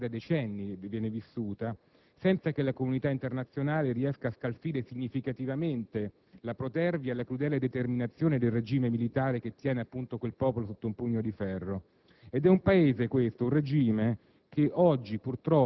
un Paese che vive, ormai da decenni, una tragedia, senza che la comunità internazionale riesca a scalfire significativamente la protervia e la crudele determinazione del regime militare che tiene appunto quel popolo sotto un pugno di ferro.